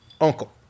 uncle